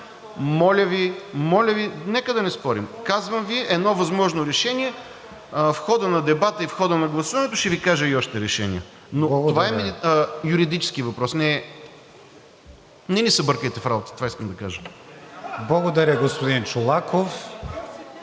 Моля Ви, моля Ви, нека да не спорим. Казвам Ви едно възможно решение, а в хода на дебата и в хода на гласуването ще Ви кажа и още решения. Но това е юридически въпрос, не ни се бъркайте в работата. Това искам да кажа. (Реплики.)